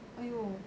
!aiyo!